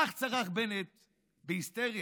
כך צרח בנט בהיסטריה.